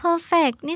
Perfect